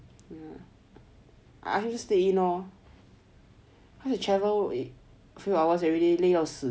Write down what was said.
I mean stay in lor how you travel a few hours everyday 累到死